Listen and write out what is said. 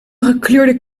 gekleurde